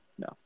No